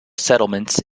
settlements